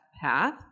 path